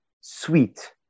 sweet